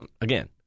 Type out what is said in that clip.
Again